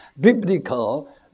biblical